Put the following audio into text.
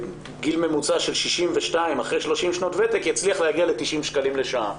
בגיל 62 עם 30 שנות ותק יצליח להגיע ל-90 לשעה.